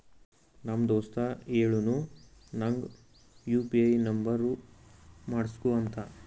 ನಮ್ ದೋಸ್ತ ಹೇಳುನು ನಂಗ್ ಯು ಪಿ ಐ ನುಂಬರ್ ಮಾಡುಸ್ಗೊ ಅಂತ